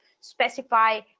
specify